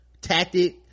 tactic